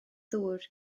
ddŵr